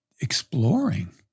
exploring